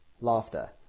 Laughter